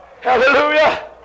hallelujah